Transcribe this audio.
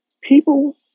people